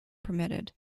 permitted